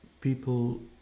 people